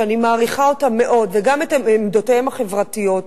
שאני מעריכה אותם מאוד וגם את עמדותיהם החברתיות,